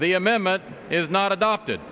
the amendment is not adopted